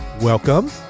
welcome